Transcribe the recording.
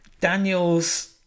Daniels